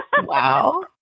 Wow